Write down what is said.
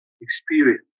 experience